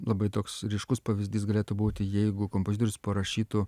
labai toks ryškus pavyzdys galėtų būti jeigu kompozitorius parašytų